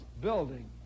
building